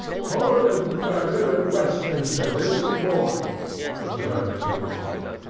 horrid murder in westminster this morning observed mr. bolton.